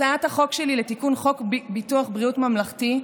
הצעת החוק שלי לתיקון חוק ביטוח בריאות ממלכתי,